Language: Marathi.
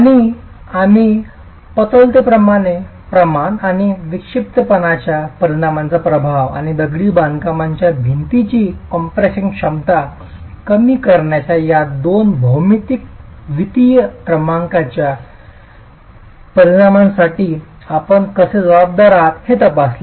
आणि आम्ही पतलेपणाचे प्रमाण आणि विक्षिप्तपणाच्या परिणामाचा प्रभाव आणि दगडी बांधकामाच्या भिंतीची कॉम्प्रेशन क्षमता कमी करण्याच्या या दोन भौमितिक द्वितीय क्रमांकाच्या परिणामासाठी आपण कसे जबाबदार आहोत हे तपासले